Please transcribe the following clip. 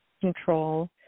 control